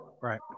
right